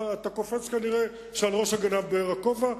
אתה קופץ כנראה כשעל ראש הגנב בוער הכובע.